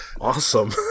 awesome